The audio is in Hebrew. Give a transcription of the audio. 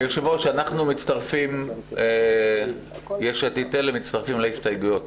היושב-ראש, יש עתיד-תל"ם מצטרפים להסתייגויות.